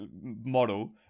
model